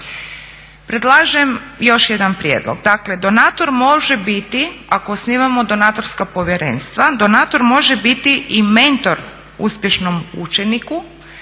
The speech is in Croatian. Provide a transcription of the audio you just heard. Predlažem još jedan prijedlog, dakle donator može biti ako osnivamo donatorska povjerenstva, donator može biti i mentor uspješnom učeniku,